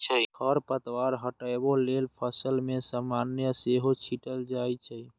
खरपतवार हटबै लेल फसल मे रसायन सेहो छीटल जाए छै